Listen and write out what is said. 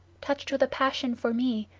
touched with a passion for me,